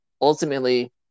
ultimately